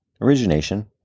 origination